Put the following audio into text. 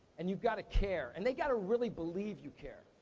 and you've gotta care. and they've gotta really believe you care.